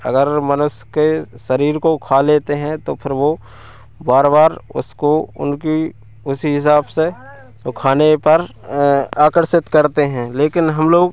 अगर मनुश्य के शरीर को खा लेते हैं तो फिर वे बार बार उसको उनकी उसी हिसाब से वह खाने पर आकर्षित करते हैं लेकिन हम लोग